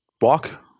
walk